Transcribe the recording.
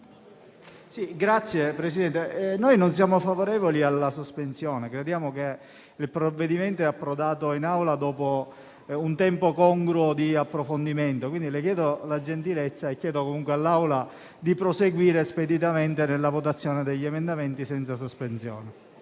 non siamo favorevoli alla sospensione. Crediamo che il provvedimento sia approdato in Assemblea dopo un tempo congruo di approfondimento. Chiedo, quindi, a lei e all'Assemblea la gentilezza di proseguire speditamente nella votazione degli emendamenti senza sospensione.